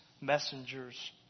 messenger's